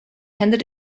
handed